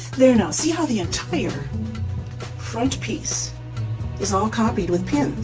there now, see how the entire front piece is all copied with